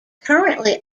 currently